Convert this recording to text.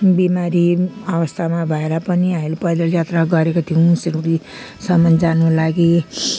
बिमारी अवस्थामा भएर पनि हामीले पैदल यात्रा गरेको थियौँ सिलगुढीसम्मन् जानुको लागि